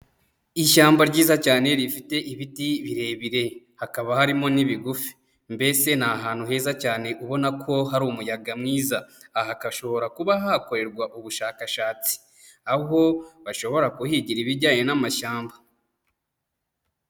Ishyamba ryiza cyane rifite ibiti birebire hakaba harimo n'ibigufi. Mbese ni ahantu heza cyane ubona ko hari umuyaga mwiza. Aha hakashobora kuba hakorerwa ubushakashatsi. Aho bashobora kuhigira ibijyanye n'amashyamba.